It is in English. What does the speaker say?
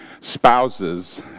spouses